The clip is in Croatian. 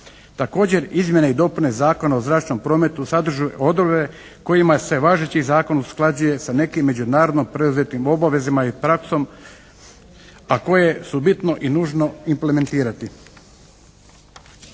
Također, izmjene i dopune Zakona o zračnom prometu sadrže odredbe kojima se važeći zakon usklađuje sa nekim međunarodno preuzetim obavezama i praksom a koje su bitno i nužno implementirati.